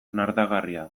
nardagarria